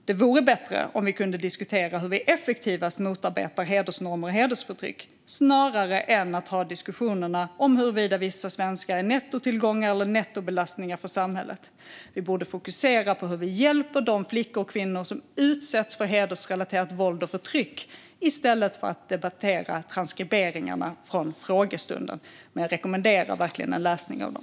Det vore bättre om vi kunde diskutera hur vi effektivast motarbetar hedersnormer och hedersförtryck snarare än att ha diskussioner om huruvida vissa svenskar är nettotillgångar eller nettobelastningar för samhället. Vi borde fokusera på hur vi hjälper de flickor och kvinnor som utsätts för hedersrelaterat våld och förtryck i stället för att debattera transkriberingarna från frågestunden - men jag rekommenderar verkligen en läsning av dem.